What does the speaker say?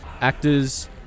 actors